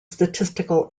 statistical